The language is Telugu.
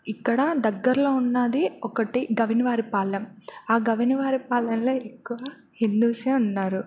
ఇక్కడ దగ్గరలో ఉంది ఒకటి గవినవారి పాలెం ఆ గవినవారిపాలెంలో ఎక్కువ హిందూస్ ఉన్నారు